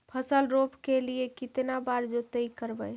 फसल रोप के लिय कितना बार जोतई करबय?